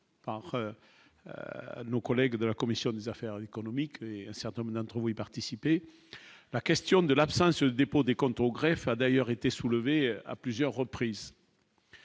s'. Nos collègues de la commission des affaires économiques, un certain nombre d'entre vous y participer, la question de l'absence des pour, des comptes au greffe a d'ailleurs été soulevée à plusieurs reprises.